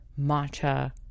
matcha